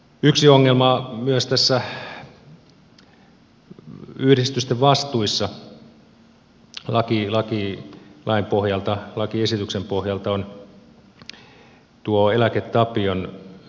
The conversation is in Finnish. yksi ongelma myös tässä yhdistysten vastuissa lakiesityksen pohjalta on tuo eläke tapion lisäeläkejärjestelmä